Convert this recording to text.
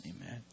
amen